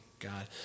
God